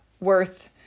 worth